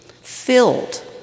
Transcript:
filled